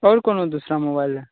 और कोनो दूसरा मोबाइल है